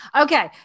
Okay